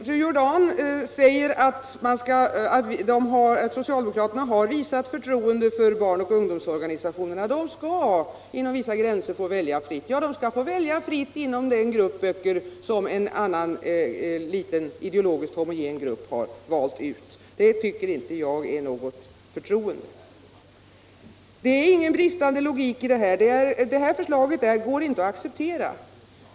Fru Jordan säger att socialdemokraterna har visat förtroende för barn och ungdomsorganisationerna — de skall inom vissa gränser få välja fritt. Ja, de skall få välja fritt bland de böcker som en liten ideologiskt homogen grupp har valt ut. Detta tycker jag inte är att visa något förtroende. Det är ingen bristande logik i detta; det här förslaget går inte att acceptera.